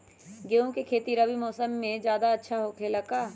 गेंहू के खेती रबी मौसम में ज्यादा होखेला का?